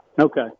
Okay